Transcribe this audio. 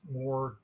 more